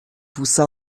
poussa